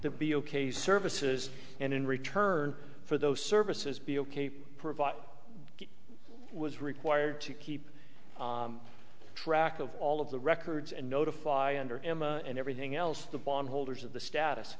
to be ok services and in return for those services be ok provided was required to keep track of all of the records and notify under emma and everything else the bond holders of the status